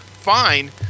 fine